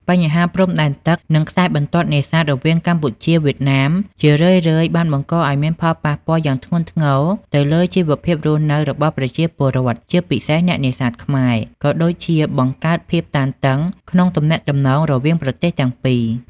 បញ្ហាព្រំដែនទឹក និងខ្សែបន្ទាត់នេសាទរវាងកម្ពុជាវៀតណាម ជារឿយៗបានបង្កឱ្យមានផលប៉ះពាល់យ៉ាងធ្ងន់ធ្ងរទៅលើជីវភាពរស់នៅរបស់ប្រជាពលរដ្ឋ ជាពិសេសអ្នកនេសាទខ្មែរ ក៏ដូចជាបង្កើតភាពតានតឹងក្នុងទំនាក់ទំនងរវាងប្រទេសទាំងពីរ។